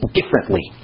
differently